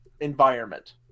environment